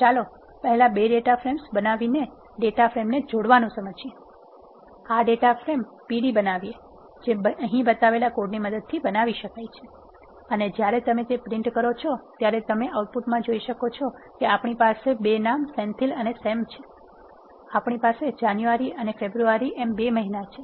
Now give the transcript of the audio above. ચાલો પહેલા 2 data frames બનાવીને ડેટા ફ્રેમને જોડવાનું સમજીએ ચાલો પહેલા આ ડેટા ફ્રેમ pd બનાવીએ જે અહીં બતાવેલા કોડની મદદથી બનાવી શકાય છે અને જ્યારે તમે તે પ્રિન્ટ કરો છો ત્યારે તમે આઉટપુટમાં જોઈ શકો છો કે આપણી પાસે 2 નામ સેન્થિલ અને સેમ છે આપણી પાસે જાન્યુ અને ફેબ્રુઆરી એમ 2 મહિના છે